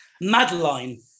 Madeline